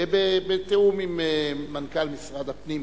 בתיאום עם מנכ"ל משרד הפנים.